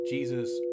Jesus